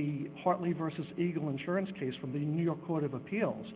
the hartley versus eagle insurance case from the new york court of appeals